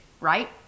right